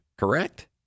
Correct